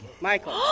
michael